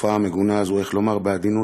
לתופעה המגונה הזאת הוא, איך לומר בעדינות,